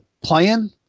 playing